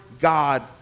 God